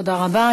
תודה רבה.